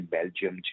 Belgium